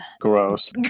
Gross